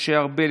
משה ארבל,